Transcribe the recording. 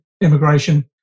immigration